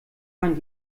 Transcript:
man